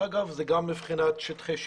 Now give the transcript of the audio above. אגב, זה גם מבחינת שטחי שיפוט,